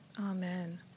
Amen